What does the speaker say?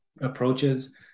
approaches